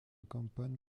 campagne